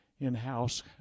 in-house